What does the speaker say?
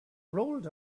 rolled